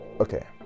okay